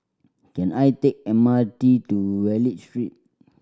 can I take the M R T to Wallich Street